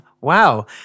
Wow